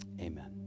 Amen